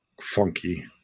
funky